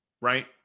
right